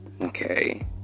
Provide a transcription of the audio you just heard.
Okay